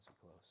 close